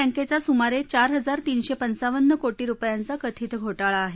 बँकेचा सुमारे चार हजार तीनशे पंचावन्न कोटी रुपयांचा कथित घोटाळा आहे